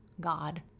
god